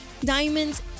diamonds